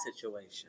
situation